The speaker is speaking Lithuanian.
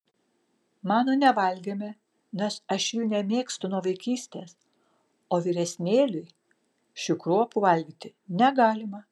manų nevalgėme nes aš jų nemėgstu nuo vaikystės o vyresnėliui šių kruopų valgyti negalima